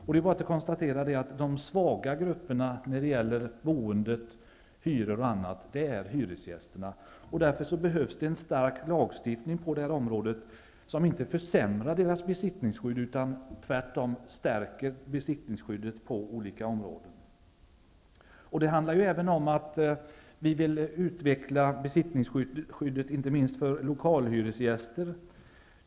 Och de svaga grupperna när det gäller boendet är hyresgästerna. Därför behövs en stark lagstiftning på det här området som inte försämrar hyresgästernas besittningsskydd utan tvärtom stärker det på olika sätt. Vi vill utveckla besittningsskyddet inte minst för lokalhyresgäster.